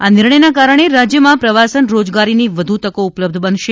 આ નિર્ણયના કારણે રાજ્યમાં પ્રવાસન રોજગારીની વધુ તકો ઉપલબ્ધ બનશે